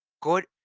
good